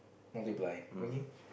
multiply okay